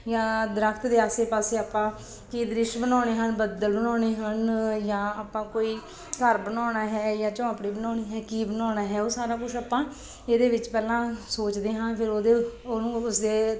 ਜਾਂ ਦਰੱਖਤ ਦੇ ਆਸੇ ਪਾਸੇ ਆਪਾਂ ਕੀ ਦ੍ਰਿਸ਼ ਬਣਾਉਣੇ ਹਨ ਬੱਦਲ ਬਣਾਉਣੇ ਹਨ ਜਾਂ ਆਪਾਂ ਕੋਈ ਘਰ ਬਣਾਉਣਾ ਹੈ ਜਾਂ ਝੌਂਪੜੀ ਬਣਾਉਣੀ ਹੈ ਕੀ ਬਣਾਉਣਾ ਹੈ ਉਹ ਸਾਰਾ ਕੁਛ ਆਪਾਂ ਇਹਦੇ ਵਿੱਚ ਪਹਿਲਾਂ ਸੋਚਦੇ ਹਾਂ ਫਿਰ ਉਹਦੇ ਉਹਨੂੰ ਉਸ ਦੇ